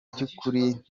byukuri